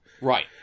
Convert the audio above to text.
Right